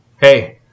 hey